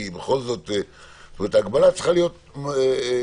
זאת אומרת ההגבלה צריכה להיות ספציפית.